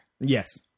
Yes